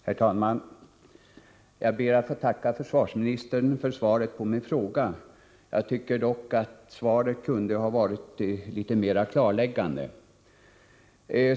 Herr talman! Jag ber att få tacka försvarsministern för svaret på min fråga. Jag tycker dock att svaret kunde ha varit litet mera klarläggande.